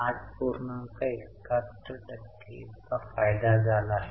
पुढे उपकरणांची खरेदी आहे